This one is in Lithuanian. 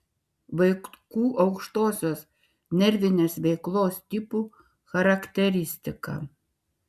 vaikų aukštosios nervinės veiklos tipų charakteristika